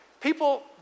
People